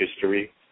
history